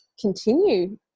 continue